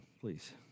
please